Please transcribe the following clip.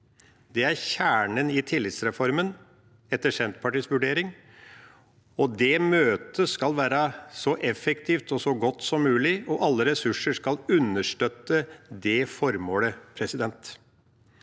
Det er kjernen i tillitsreformen, etter Senterpartiets vurdering, og det møtet skal være så effektivt og så godt som mulig, og alle ressurser skal understøtte det formålet. Dette